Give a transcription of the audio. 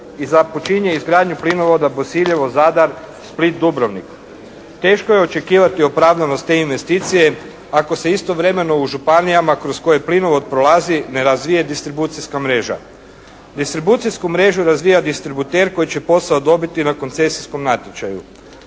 i započinje izgradnju plinovoda Bosiljevo-Zadar-Split-Dubrovnik. Teško je očekivati opravdanost te investicije ako se istovremeno u županijama kroz koje plinovod prolazi ne razvije distribucijska mreža. Distribucijsku mrežu razvija distributer koji će posao dobiti na koncesijskom natječaju.